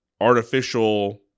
artificial